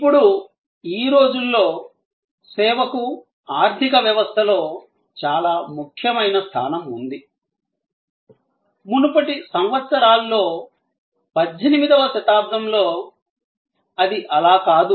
ఇప్పుడు ఈ రోజుల్లో సేవకు ఆర్థిక వ్యవస్థలో చాలా ముఖ్యమైన స్థానం ఉంది మునుపటి సంవత్సరాల్లో 18 వ శతాబ్దంలో అది అలా కాదు